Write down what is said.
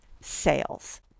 sales